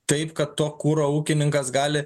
taip kad to kuro ūkininkas gali